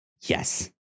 yes